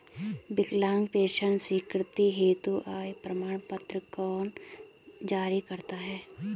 विकलांग पेंशन स्वीकृति हेतु आय प्रमाण पत्र कौन जारी करता है?